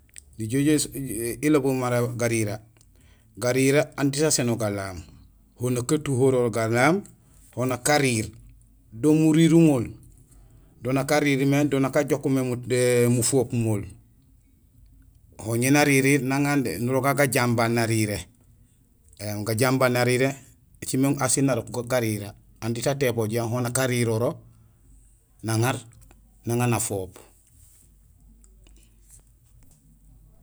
Nijool ijoow ilobul mara garira. Garrira aan diit asénool galaam. Ho nak utuhoro galaam, ho nak ariir; do murirumool, do nak ariir mé do nak ajook mé mufopumool. Ho ñé naririir nang aan nurogaal gajambaal nariré; éém gajambaal nariré écimé asiil narok go garira. Aan diit atépool jiyaŋool; ho nak ariroro, naŋaar, naŋa nafoop.